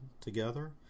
together